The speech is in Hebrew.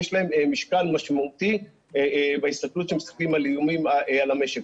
יש להם משקל משמעותי כשמסתכלים על האיומים על המשק.